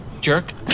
Jerk